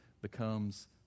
becomes